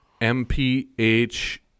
MPH